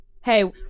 Hey